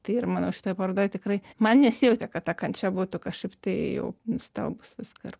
tai ir mano šitoj parodoj tikrai man nesijautė kad ta kančia būtų kažkaip tai jau nustelbus viską ir